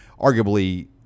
arguably